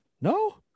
no